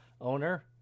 owner